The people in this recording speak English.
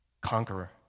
Conqueror